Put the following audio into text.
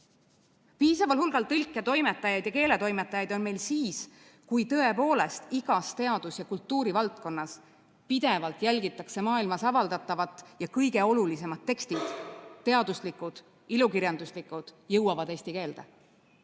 vahend. Piisaval hulgal tõlketoimetajaid ja muid keeletoimetajaid on meil siis, kui tõepoolest igas teadus- ja kultuurivaldkonnas pidevalt jälgitakse maailmas avaldatavat ja kõige olulisemad tekstid, teaduslikud ja ilukirjanduslikud, jõuavad eesti keelde.